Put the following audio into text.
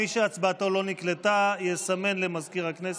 מי שהצבעתו לא נקלטה יסמן למזכיר הכנסת.